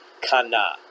Kana